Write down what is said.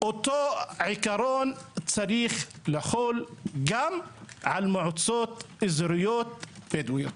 אותו עיקרון צריך לחול גם על מועצות אזוריות בדואיות.